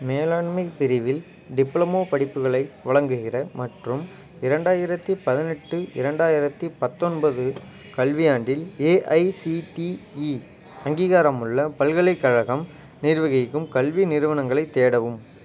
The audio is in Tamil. மேலாண்மை பிரிவில் டிப்ளமோ படிப்புகளை வழங்குகிற மற்றும் இரண்டாயிரத்தி பதினெட்டு இரண்டாயிரத்தி பத்தொன்பது கல்வியாண்டில் ஏஐசிடிஇ அங்கீகாரமுள்ள பல்கலைக்கழகம் நிர்வகிக்கும் கல்வி நிறுவனங்களைத் தேடவும்